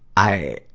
i,